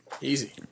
Easy